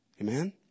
Amen